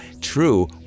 true